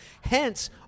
Hence